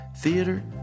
theater